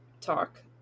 talk